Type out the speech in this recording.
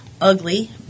ugly